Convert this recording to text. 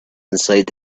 inside